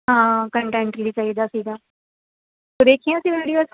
ਹਾਂ ਕੰਟੈਂਟ ਲਈ ਚਾਹੀਦਾ ਸੀਗਾ ਤੂੰ ਦੇਖੀਆਂ ਸੀ ਵੀਡੀਓਜ਼